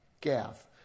Gath